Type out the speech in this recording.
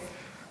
אוקיי.